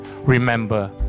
remember